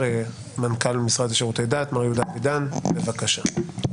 מנכ"ל המשרד לשירותי דת, מר יהודה אבידן, בבקשה.